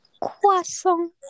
Croissant